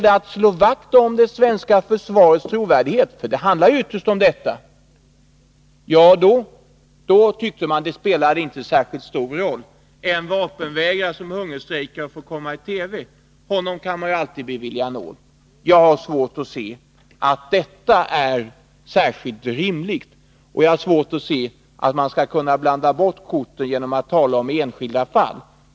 En vapenvägrare som hungerstrejkar och får komma i TV, honom kan man alltid bevilja nåd. Jag har svårt att se att detta är särskilt rimligt, och jag har svårt att se att man skulle kunna blanda bort korten genom att tala om enskilda fall.